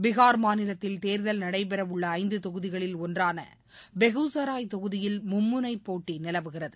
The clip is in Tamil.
பீகார் மாநிலத்தில் தேர்தல் நடைபெறவுள்ள ஐந்து தொகுதிகளில் ஒன்றான பெகுசராய் தொகுதியில் மும்முனை போட்டி நிலவுகிறது